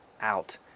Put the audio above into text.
out